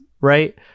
right